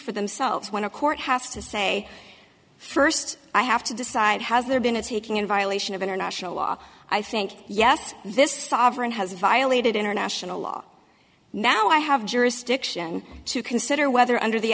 for themselves when a court has to say first i have to decide has there been a taking in violation of international law i think yes this sovereign has violated international law now i have jurisdiction to consider whether under the